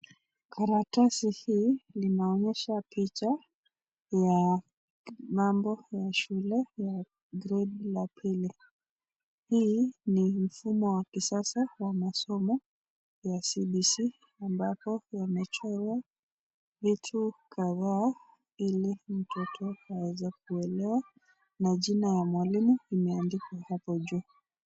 Karatasi hii linaonyesha picha ya mambo ya shule gredi la pili hii ni mfumo wa kisasa wa masomo wa CBC ambapo wamechorwa vitu kadhaa ili mtoto aweze kuelewa na jina ya mwalimu imeandikwa hapo juu.